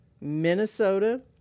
Minnesota